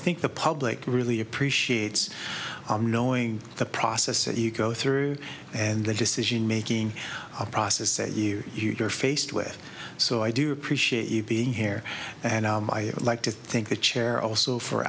think the public really appreciates knowing the process that you go through and the decision making process a year you're faced with so i do appreciate you being here and i would like to thank the chair also for